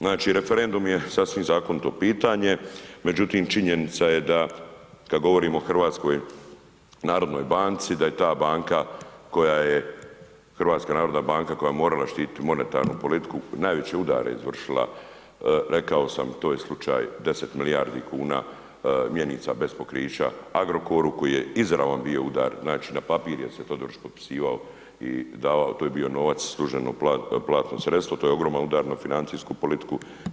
Znači, referendum je sasvim zakonito pitanje, međutim činjenica je da kad govorimo o HNB-u da je ta banka koja je, HNB koja je morala štititi monetarnu politiku najveće udare izvršila, rekao sam to je slučaj 10 milijardi kuna mjenica bez pokrića Agrokoru koji je izravan bio udar, znači na papir jer se Todorić potpisivao i davao, to je bio novac službeno platno sredstvo, to je ogroman udar na financijsku politiku.